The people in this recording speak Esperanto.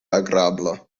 agrabla